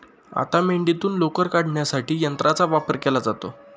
आता मेंढीतून लोकर काढण्यासाठी यंत्राचा वापर केला जातो